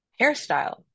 hairstyle